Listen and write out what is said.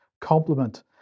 complement